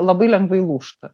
labai lengvai lūžta